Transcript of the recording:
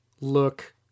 look